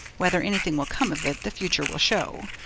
whether anything will come of it, the future will show.